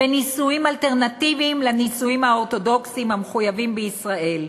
בנישואים אלטרנטיביים לנישואים האורתודוקסיים המחויבים בישראל,